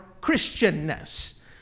Christianness